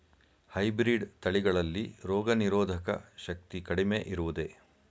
Hybrid ತಳಿಗಳಲ್ಲಿ ರೋಗನಿರೋಧಕ ಶಕ್ತಿ ಕಡಿಮೆ ಇರುವುದೇ?